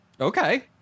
Okay